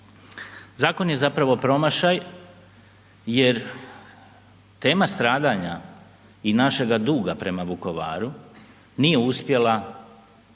Zakon je zapravo promašaj jer tema stradanja i našega duga prema Vukovaru nije uspjela,